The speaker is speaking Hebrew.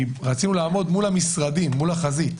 רצינו לעמוד מול המשרדים, מול החזית,